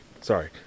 Sorry